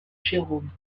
jérôme